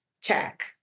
check